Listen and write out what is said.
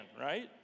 right